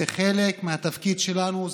זה חלק מהתפקיד שלנו,